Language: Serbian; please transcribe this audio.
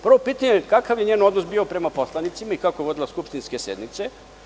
Prvo pitanje, kakav je njen odnos bio prema poslanicima i kako je vodila skupštinske sednice?